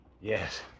Yes